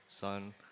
son